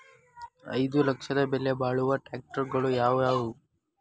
ಐದು ಲಕ್ಷದ ಬೆಲೆ ಬಾಳುವ ಟ್ರ್ಯಾಕ್ಟರಗಳು ಯಾವವು?